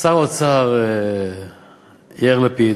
ושר האוצר יאיר לפיד,